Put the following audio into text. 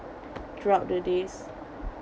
throughout the days